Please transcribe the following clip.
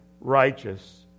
righteous